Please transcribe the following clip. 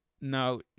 Now